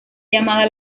llamada